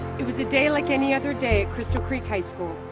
it was a day like any other day at crystal creek high school.